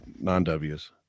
non-w's